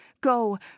go